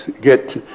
get